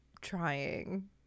trying